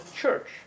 church